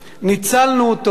ניצלנו אותו,